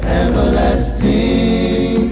everlasting